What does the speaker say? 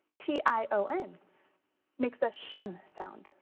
t i o n makes the shun sound.